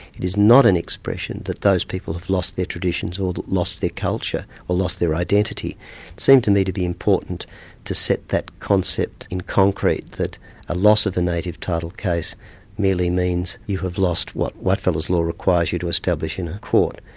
it is not an expression that those people have lost their traditions or lost their culture, or lost their identity. it seemed to me to be important to set that concept in concrete that a loss of the native title case merely means you have lost what whitefellas law requires you to establish in a court,